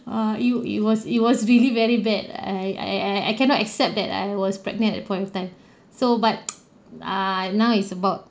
uh it it was it was really very bad I I I I cannot accept that I was pregnant at that point of time so but err now is about